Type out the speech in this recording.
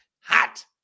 Hot